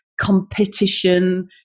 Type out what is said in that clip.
competition